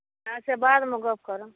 अच्छा बादमे गप करब